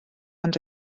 ond